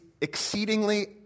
exceedingly